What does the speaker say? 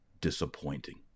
Disappointing